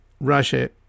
Russia